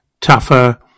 tougher